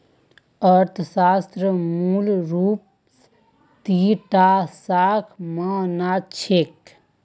अर्थशास्त्रक मूल रूपस दी टा शाखा मा न छेक